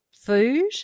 food